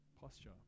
posture